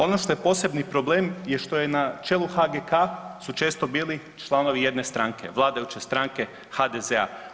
Ono što je posebni problem je što je na čelu HGK su često bili članovi jedne stranke, vladajuće stranke HDZ-a.